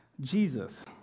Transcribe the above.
Jesus